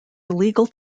illegal